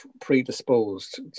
predisposed